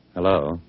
Hello